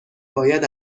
باید